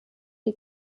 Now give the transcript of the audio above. die